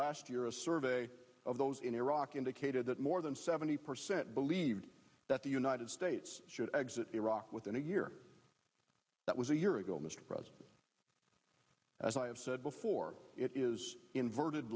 last year a survey of those in iraq indicated that more than seventy percent believe that the united states should exit iraq within a year that was a year ago mr president as i have said before it is inverted